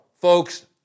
Folks